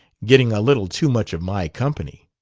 getting a little too much of my company.